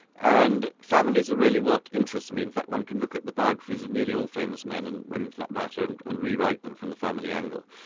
and families are really what interest me. in fact one can look at the biographies of nearly all famous men, and women for that matter, and and rewrite them from the family angle.